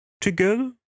together